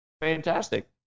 Fantastic